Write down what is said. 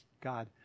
God